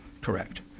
correct